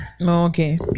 Okay